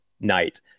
night